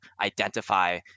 identify